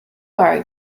are